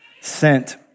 sent